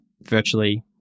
virtually